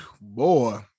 Boy